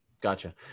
Gotcha